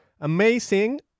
amazing